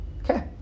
Okay